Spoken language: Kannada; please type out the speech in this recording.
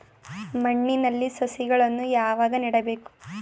ಮಣ್ಣಿನಲ್ಲಿ ಸಸಿಗಳನ್ನು ಯಾವಾಗ ನೆಡಬೇಕು?